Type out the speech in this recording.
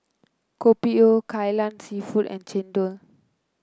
Kopi O Kai Lan seafood and chendol